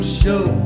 show